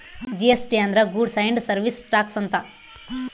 GST ಅಂದ್ರ goods and service tax ಅಂತ